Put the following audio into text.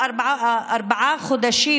דווקא בתקופה הזאת,